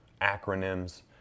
acronyms